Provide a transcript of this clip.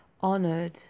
honored